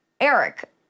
Eric